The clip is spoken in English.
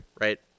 right